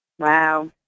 Wow